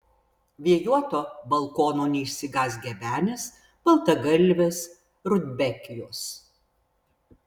vėjuoto balkono neišsigąs gebenės baltagalvės rudbekijos